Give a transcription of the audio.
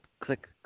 click